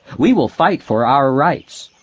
we will fight for our rights.